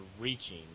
reaching